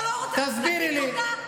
תגיד תודה,